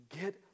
get